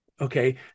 Okay